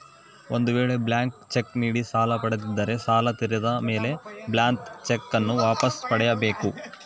ಒಂದು ವೇಳೆ blank cheque ನೀಡಿ ಸಾಲ ಪಡೆದಿದ್ದರೆ ಸಾಲ ತೀರಿದ ಮೇಲೆ ಬ್ಲಾಂತ್ ಚೆಕ್ ನ್ನು ವಾಪಸ್ ಪಡೆಯ ಬೇಕು